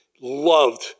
Loved